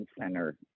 center